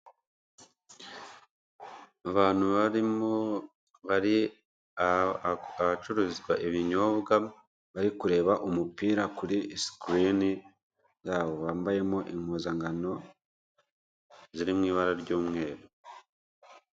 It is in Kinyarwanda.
Abantu barimo abacuruzwa ibinyobwa bari kureba umupira kuri sikirini zabo bambayemo impuzankan ziriw ibara ry'umweru.